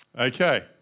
Okay